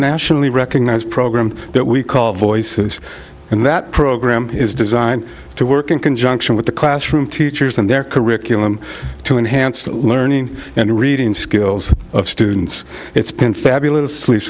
nationally recognized program that we call voices and that program is designed to work in conjunction with the classroom teachers and their curriculum to enhance the learning and reading skills of students it's been fabulous le